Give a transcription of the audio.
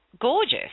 gorgeous